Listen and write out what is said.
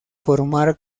formar